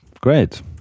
great